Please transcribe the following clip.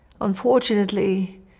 Unfortunately